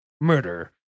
murder